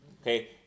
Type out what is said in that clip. Okay